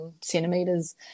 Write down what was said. centimeters